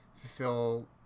fulfill